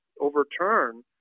overturn